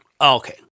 Okay